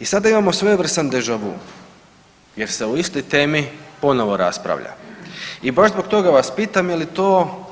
I sada imamo svojevrstan deja vu, jer se o istoj temi ponovo raspravlja i baš zbog toga vas pitam jel' je to